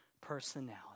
personality